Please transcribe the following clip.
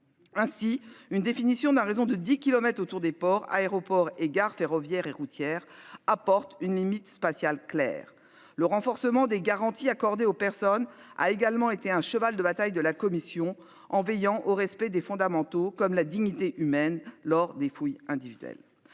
Ainsi une définition de la raison de 10 kilomètres autour des ports, aéroports et gares ferroviaires et routières apporte une limite spatiale clair le renforcement des garanties accordées aux personnes a également été un cheval de bataille de la commission en veillant au respect des fondamentaux comme la dignité humaine lors des fouilles individuelle